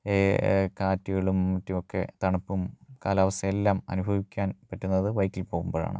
കാറ്റുകളും മറ്റും ഒക്കെ തണുപ്പും കാലാവസ്ഥയെല്ലാം അനുഭവിക്കാന് പറ്റുന്നത് ബൈക്കിൽ പോകുമ്പോഴാണ്